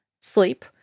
sleep